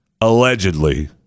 allegedly